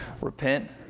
Repent